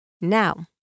Now